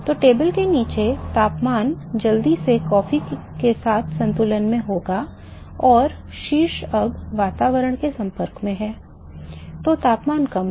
तो टेबल के नीचे तापमान जल्दी से कॉफी के साथ संतुलन में होगा और शीर्ष अब वातावरण के संपर्क में है तो तापमान कम है